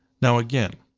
now again,